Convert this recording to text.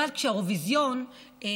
אני